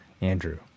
Andrew